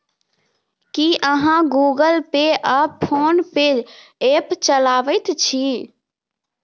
की अहाँ Google Pay आ PhonePe app चलाबैत छी?